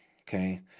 Okay